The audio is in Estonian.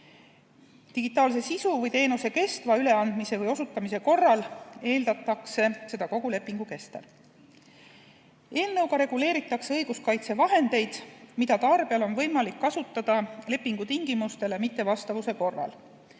Digitaalse sisu või teenuse kestva üleandmise või osutamise korral eeldatakse seda kogu lepingu kestel. Eelnõuga reguleeritakse õiguskaitsevahendeid, mida tarbijal on võimalik kasutada lepingu tingimustele mittevastavuse korral.